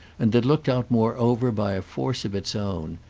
and that looked out moreover by a force of its own,